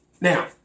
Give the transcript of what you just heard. Now